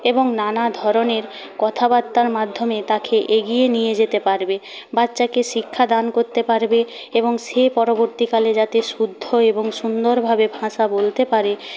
এবং নানা ধরনের কথাবার্তার মাধ্যমে তাকে এগিয়ে নিয়ে যেতে পারবে বাচ্চাকে শিক্ষাদান করতে পারবে এবং সে পরবর্তীকালে যাতে শুদ্ধ এবং সুন্দরভাবে ভাষা বলতে পারে